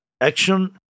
action